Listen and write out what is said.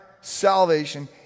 salvation